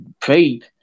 faith